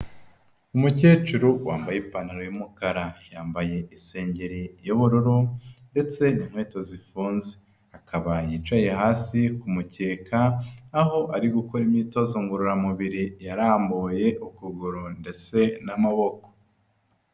Umukecuru wambaye ipantaro y'umukara yambaye isengeri y'ubururu ndetse nikweto zifunze akaba yicaye hasi kumukeka aho ari gukora imyitozo ngororamubiri yarambuye ukuguru ndetse n'amaboko.